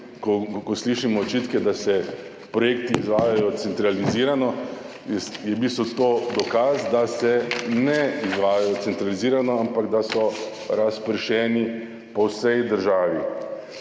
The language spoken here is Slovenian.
ko slišimo očitke, da se projekti izvajajo centralizirano, je v bistvu to dokaz, da se ne izvajajo centralizirano, ampak da so razpršeni po vsej državi.